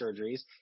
surgeries